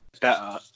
better